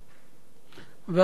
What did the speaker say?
ואחרון הדוברים,